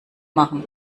machen